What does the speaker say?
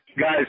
Guys